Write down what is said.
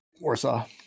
Warsaw